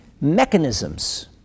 mechanisms